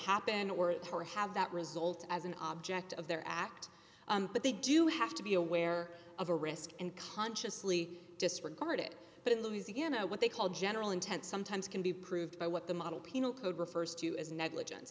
happen or or have that result as an object of their act but they do have to be aware of a risk and consciously disregard it but in louisiana what they call general intent sometimes can be proved by what the model penal code refers to as negligence